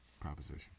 proposition